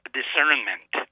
discernment